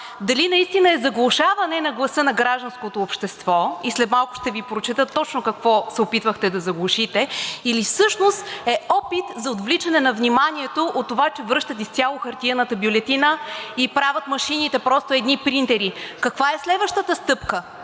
дали наистина е заглушаване на гласа на гражданското общество, и след малко ще Ви прочета точно какво се опитвахте да заглушите, или всъщност е опит за отвличане на вниманието от това, че връщат изцяло хартиената бюлетина и правят машините просто едни принтери. Каква е следващата стъпка?